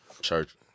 Church